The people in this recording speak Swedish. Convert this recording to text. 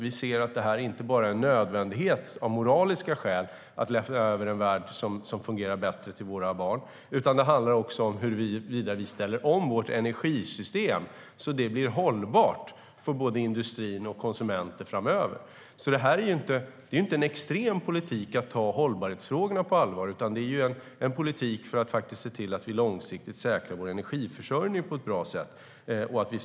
Vi anser att det är nödvändigt, inte bara av moraliska skäl, att lämna över en värld som fungerar bättre till våra barn. Det handlar också om att ställa om vårt energisystem så att det blir hållbart för både industrin och konsumenterna framöver. Det är inte en extrem politik att ta hållbarhetsfrågorna på allvar, utan det är en politik för att klara av att långsiktigt säkra vår energiförsörjning på ett bra sätt.